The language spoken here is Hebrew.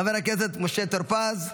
חבר הכנסת משה טור פז,